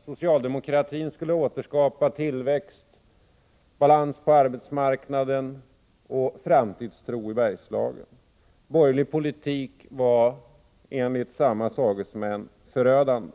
Socialdemokratin skulle återskapa tillväxten, balansen på arbetsmarknaden och framtidstron i Bergslagen. Borgerlig politik var enligt samma sagesmän förödande.